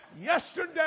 yesterday